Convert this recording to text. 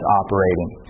operating